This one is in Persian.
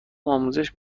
آموزش